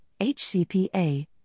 HCPA